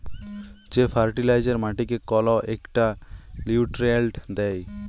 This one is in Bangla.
যে ফার্টিলাইজার মাটিকে কল ইকটা লিউট্রিয়েল্ট দ্যায়